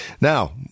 Now